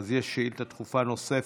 יש שאילתה דחופה נוספת,